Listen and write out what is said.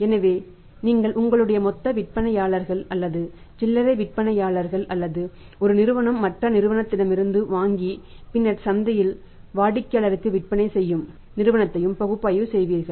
எனவே நீங்கள் உங்களுடைய மொத்த விற்பனையாளர்கள் அல்லது சில்லறை விற்பனையாளர்கள் அல்லது ஒரு நிறுவனம் மற்ற நிறுவனத்திடமிருந்து வாங்கி பின்னர் சந்தையில் வாடிக்கையாளர்களுக்கு விற்பனை செய்யும் நிறுவனத்தையும் பகுப்பாய்வு செய்வீர்கள்